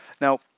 Now